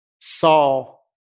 Saul